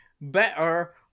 better